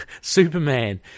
Superman